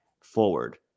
forward